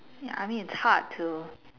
ya I mean it's hard to